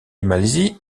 malaisie